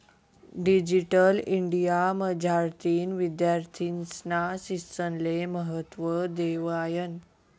digital India मझारतीन विद्यार्थीस्ना शिक्षणले महत्त्व देवायनं